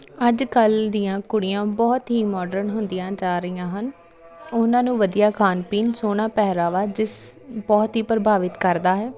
ਅੱਜ ਕੱਲ੍ਹ ਦੀਆਂ ਕੁੜੀਆਂ ਬਹੁਤ ਹੀ ਮੋਡਰਨ ਹੁੰਦੀਆਂ ਜਾ ਰਹੀਆਂ ਹਨ ਉਹਨਾਂ ਨੂੰ ਵਧੀਆ ਖਾਣ ਪੀਣ ਸੋਹਣਾ ਪਹਿਰਾਵਾ ਜਿਸ ਬਹੁਤ ਹੀ ਪ੍ਰਭਾਵਿਤ ਕਰਦਾ ਹੈ